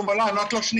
אני יכול לענות לו שנייה?